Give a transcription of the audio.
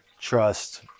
trust